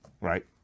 Right